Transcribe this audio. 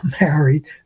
married